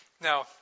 Now